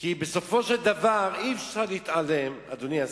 כי בסופו של דבר אי-אפשר להתעלם, אדוני השר,